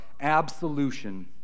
absolution